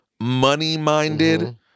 money-minded